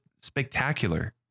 spectacular